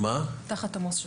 תחת עמוס שפירא.